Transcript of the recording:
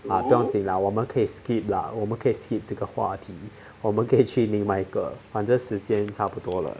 but 不用紧啦我们可以 skip lah 我们可以 skip 这个话题我们可以去另外一个反正时间差不多了